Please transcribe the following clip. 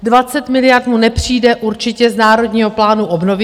20 miliard mu nepřijde určitě z Národního plánu obnovy.